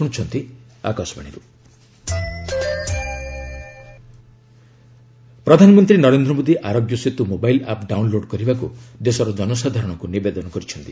PM Aarogya Setu ପ୍ରଧାନମନ୍ତ୍ରୀ Narendra Modi Aarogya Setu mobile app download କରିବାକୁ ଦେଶର ଜନସାଧାରଣଙ୍କୁ ନିବେଦନ କରିଛନ୍ତି